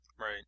Right